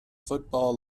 football